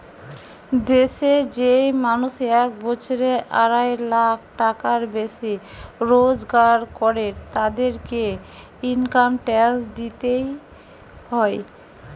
দেশের যেই মানুষ এক বছরে আড়াই লাখ টাকার বেশি রোজগার করের, তাদেরকে ইনকাম ট্যাক্স দিইতে হয়